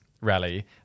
rally